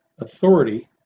authority